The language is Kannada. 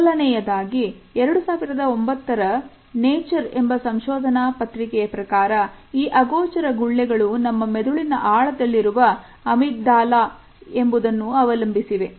ಮೊದಲನೆಯದಾಗಿ 2009 ರ ನೇಚರ್ ಎಂಬ ಸಂಶೋಧನಾ ಪತ್ರಿಕೆಯ ಪ್ರಕಾರ ಈ ಅಗೋಚರ ಗುಳ್ಳೆಗಳು ನಮ್ಮ ಮೆದುಳಿನ ಆಳದಲ್ಲಿರುವ Amygdala ಎಂಬುದನ್ನು ಅವಲಂಬಿಸಿವೆ